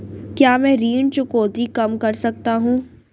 क्या मैं ऋण चुकौती कम कर सकता हूँ?